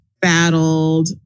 battled